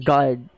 God